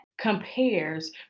compares